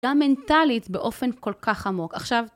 גם מנטלית באופן כל כך עמוק עכשיו.